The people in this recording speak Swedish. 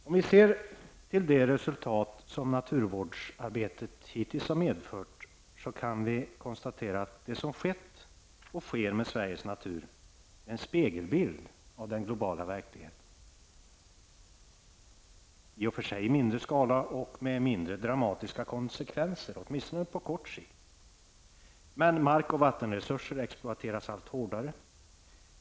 Om vi ser till det resultat som naturvårdsarbetet hittills har medfört kan vi konstatera att det som skett och sker med Sveriges natur är en spegelbild av den globala verkligheten, i och för sig i mindre skala och med mindre dramatiska konsekvenser, åtminstone på kort sikt. Mark och vattenresurser exploateras allt hårdare.